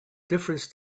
difference